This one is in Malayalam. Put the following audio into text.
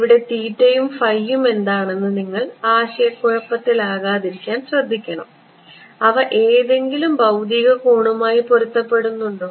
ഇവിടെ യും യും എന്താണെന്ന് നിങ്ങൾ ആശയക്കുഴപ്പത്തിലാകാതിരിക്കാൻ ശ്രദ്ധിക്കണം അവ ഏതെങ്കിലും ഭൌതിക കോണുമായി പൊരുത്തപ്പെടുന്നുണ്ടോ